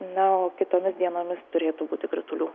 na o kitomis dienomis turėtų būti kritulių